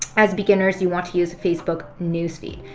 as beginners, you want to use facebook news feed.